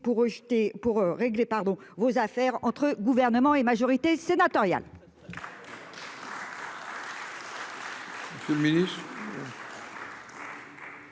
de régler vos affaires, entre Gouvernement et majorité sénatoriale